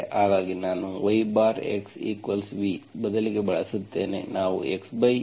ಹಾಗಾಗಿ ನಾನು yx v ಬದಲಿಗೆ ಬಳಸುತ್ತೇನೆ ನಾವು xyv